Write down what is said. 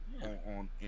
on